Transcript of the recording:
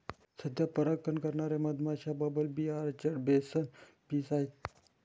सध्या परागकण करणारे मधमाश्या, bumble bee, orchard mason bees आहेत